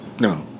No